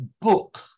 book